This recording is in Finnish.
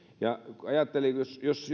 jos jos